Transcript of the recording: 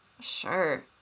Sure